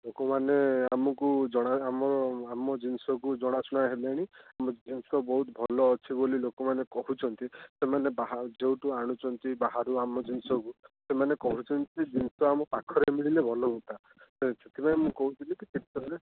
ଲୋକମାନେ ଆମକୁ ଜଣା ଆମ ଆମ ଜିନିଷକୁ ଜଣାଶୁଣା ହେଲାଣି ଆମ ଜିନିଷ ବହୁତ ଭଲ ଅଛି ବୋଲି ଲୋକମାନେ କହୁଛନ୍ତି ସେମାନେ ବାହା ଯେଉଁଠୁ ଆଣୁଛନ୍ତି ବାହାରୁ ଆମ ଜିନିଷକୁ ଏମାନେ କହୁଛନ୍ତି ଜିନିଷ ତ ଆମ ପାଖରେ ମିଳିଲେ ଭଲ ହୁଅନ୍ତା ସେଥିପାଇଁ ମୁଁ କହୁଥିଲି କି ତିର୍ତ୍ତୋଲରେ